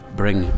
bring